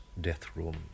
death-room